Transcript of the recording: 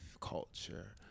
culture